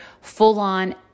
full-on